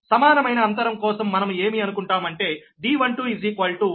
సమానమైన అంతరం కోసం మనము ఏమి అనుకుంటాము అంటే D12 D23 D31 D